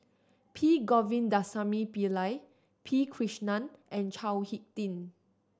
P Govindasamy Pillai P Krishnan and Chao Hick Tin